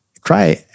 cry